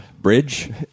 Bridge